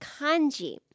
kanji